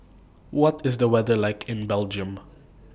What IS The weather like in Belgium